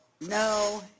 no